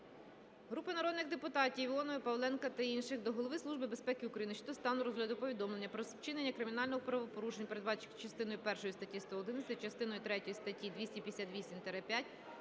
Групи народних депутатів (Іонової, Павленка та інших) до Голови Служби безпеки України щодо стану розгляду повідомлення про вчинення кримінальних правопорушень, передбачених частиною першою статті 111, частиною третьою статті 258-5,